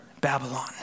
Babylon